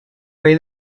rey